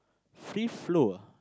free flow ah